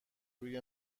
روی